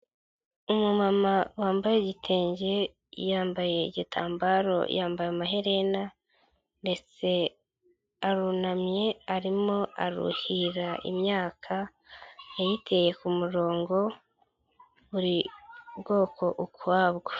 Umumama wambaye igitenge, yambaye igitambaro yambaye, amaherena ndetse arunamye ,arimo aruhira imyaka, yayiteye ku murongo, buri bwoko ukwabwo.